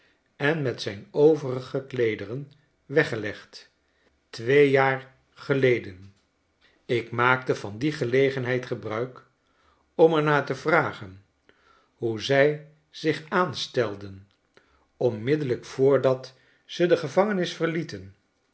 en met zijn overige kleederen weggelegd twee jaar geleden ik maakte van die gelegenheid gebruik opi er naar te vragen hoe zij zich aanstelden onmiddellijk voordat ze de gevangenis verlieten